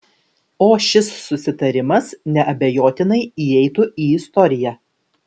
o šis susitarimas neabejotinai įeitų į istoriją